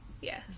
Yes